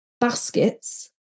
baskets